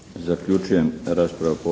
Zaključujem raspravu